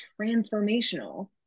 transformational